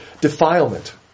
Defilement